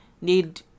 need